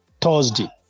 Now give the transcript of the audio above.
Thursday